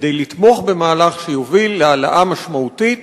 כדי לתמוך במהלך שיוביל להעלאה משמעותית